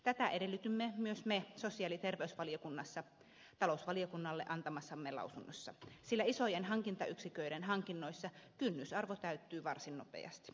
tätä edellytimme myös me sosiaali ja terveysvaliokunnassa talousvaliokunnalle antamassamme lausunnossa sillä isojen hankintayksiköiden hankinnoissa kynnysarvo täyttyy varsin nopeasti